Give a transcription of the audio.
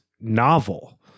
novel